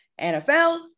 NFL